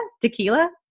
tequila